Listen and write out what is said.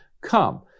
come